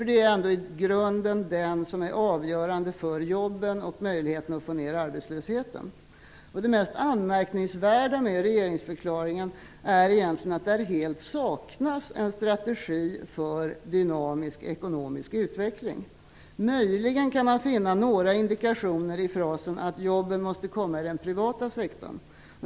Det är ändå i grunden den som är avgörande för jobben och möjligheten att få ned arbetslösheten. Det mest anmärkningsvärda med regeringsförklaringen är egentligen att där helt saknas en strategi för dynamisk ekonomisk utveckling. Möjligen kan man finna några indikationer i frasen att jobben måste komma i den privata sektorn.